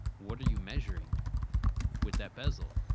what are you measuring with that bezel?